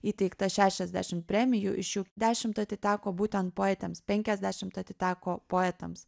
įteikta šešiasdešim premijų iš jų dešimt atiteko būtent poetėms penkiasdešimt atiteko poetams